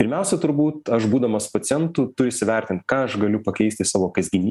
pirmiausia turbūt aš būdamas pacientu turiu įsivertint ką aš galiu pakeisti savo kasdieny